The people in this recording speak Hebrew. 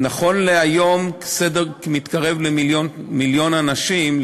נכון להיום זה מתקרב למיליון אנשים,